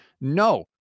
no